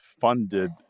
funded